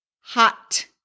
hot